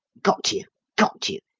got you got you!